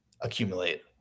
accumulate